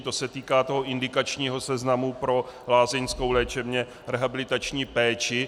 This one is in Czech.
To se týká indikačního seznamu pro lázeňskou léčebně rehabilitační péči.